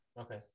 Okay